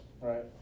right